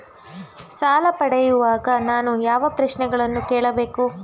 ಸಾಲ ಪಡೆಯುವಾಗ ನಾನು ಯಾವ ಪ್ರಶ್ನೆಗಳನ್ನು ಕೇಳಬೇಕು?